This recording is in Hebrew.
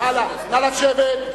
נא לשבת.